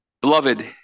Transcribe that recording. Beloved